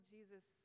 Jesus